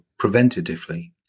preventatively